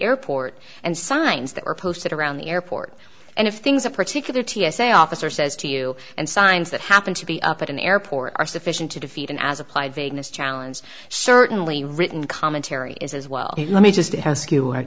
airport and signs that were posted around the airport and if things a particular t s a officer says to you and signs that happen to be up at an airport are sufficient to defeat an as applied vagueness challenge certainly written commentary is as well let me just ask you